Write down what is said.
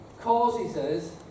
causes